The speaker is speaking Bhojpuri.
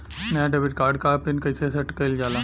नया डेबिट कार्ड क पिन कईसे सेट कईल जाला?